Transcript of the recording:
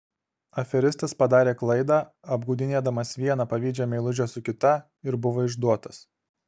aferistas padarė klaidą apgaudinėdamas vieną pavydžią meilužę su kita ir buvo išduotas